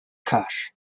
cash